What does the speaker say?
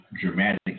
dramatic